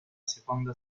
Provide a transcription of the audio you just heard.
seconda